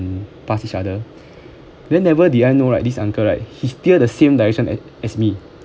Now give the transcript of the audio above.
pass each other then never did I know right this uncle right he steer the same direction a~ as me